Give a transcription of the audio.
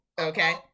okay